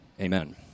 Amen